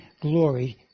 glory